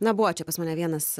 na buvo čia pas mane vienas